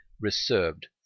reserved